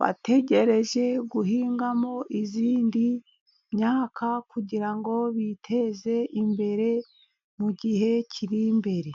bategereje guhingamo indi myaka, kugira ngo biteze imbere mu gihe kiri imbere.